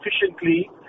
efficiently